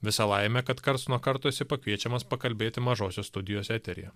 visa laimė kad karts nuo karto esi pakviečiamas pakalbėti mažosios studijos eteryje